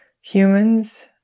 humans